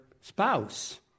spouse